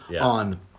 on